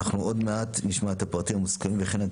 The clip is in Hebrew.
אנחנו עוד מעט נשמע את הפרטים המוסכמים וכן את